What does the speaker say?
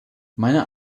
meiner